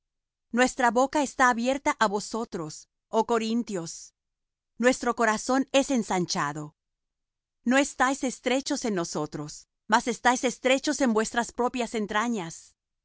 nuestra boca está abierta á vosotros oh corintios nuestro corazón es ensanchado no estáis estrechos en nosotros mas estáis estrechos en vuestras propias entrañas